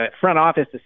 front-office